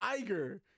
Iger